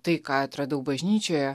tai ką atradau bažnyčioje